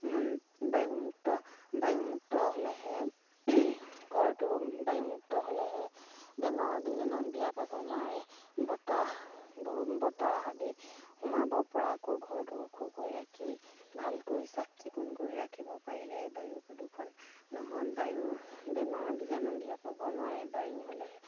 বায়ুমুক্ত বায়ুমুক্ত হ'লেহে ঘৰটো বায়ুমুক্ত হ'লেহে বেমাৰৰ বীজাণু বিয়পাব নোৱাৰে বতাহ বতাহ আদি সোমাব পৰাকৈ ঘৰটো ওখকৈ ৰাখি ভালকৈ চাফ চিকুণ কৰি ৰাখিব পাৰিলে বায়ু প্ৰদূষণ নহয় বায়ু বেমাৰৰ বীজাণু বিয়পাব নোৱাৰে বায়ু হ'লেহে